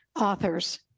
authors